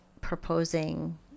proposing